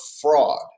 fraud